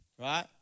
Right